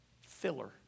filler